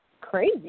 crazy